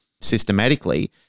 systematically